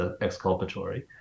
exculpatory